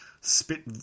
spit